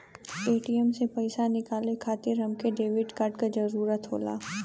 ATM से पइसा निकाले खातिर हमके डेबिट कार्ड क जरूरत होला